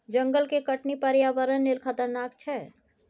जंगल के कटनी पर्यावरण लेल खतरनाक छै